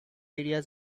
areas